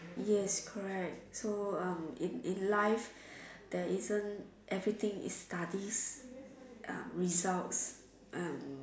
yes correct so um in in life there isn't everything is study results um